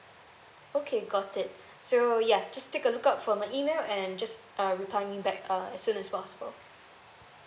okay got it so ya just take a look out from my email and just uh reply me back uh as soon as possible